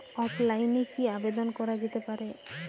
অফলাইনে কি আবেদন করা যেতে পারে?